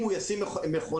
אם הוא ישים מכונה,